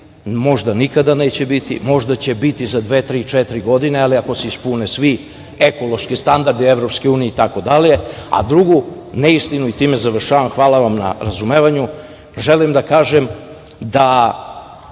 možda nikada neće biti, možda će biti za dve, tri, četiri godine, ali ako se ispune svi ekološki standardi EU itd. Drugu neistinu, time završavam, hvala vam na razumevanju, želim da kažem da